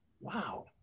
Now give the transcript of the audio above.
wow